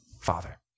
Father